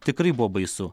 tikrai buvo baisu